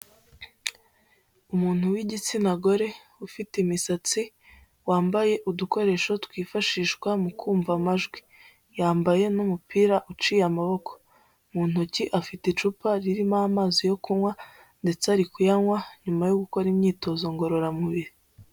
Umuntu w'igitsina gore ufite imisatsi wambaye udukoresho twifashishwa mu kumva amajwi. Yambaye n'umupira uciye amaboko. Mu ntoki afite icupa ririmo amazi yo kunywa ndetse ari kuyanywa nyuma yo gukora imyitozo ngororamubiri.